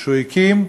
שהוא הקים,